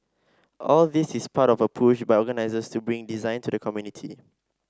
all this is part of a push by organisers to bring design to the community